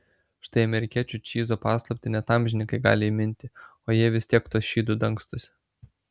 štai amerikiečių čyzo paslaptį net amžininkai gali įminti o jie vis tiek tuo šydu dangstosi